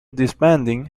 disbanding